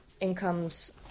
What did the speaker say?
incomes